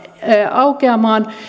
aukeamaan